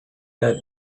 that